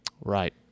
Right